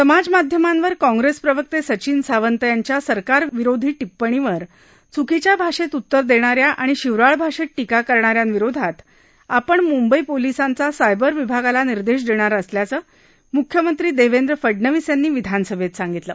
समाजमाध्यमांवर काँग्रेस प्रवक्ते संचिन सावंत यांच्या सरकारविरोधी टिप्पणीवर च्कीच्या भाषेत उत्तर देणा या आणि शिवराळ भाषेत टीका करणा यांविरोधात आपण मुंबई पोलिसांचा सायबर विभागाला निर्देश देणार असल्याचं मुख्यमंत्री देवेंद्र फडनवीस यांनी विधानसभेत सांगितलं